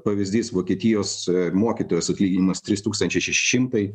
pavyzdys vokietijos mokytojos atlyginimas trys tūkstančiai šeši šimtai